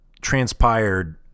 transpired